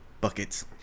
buckets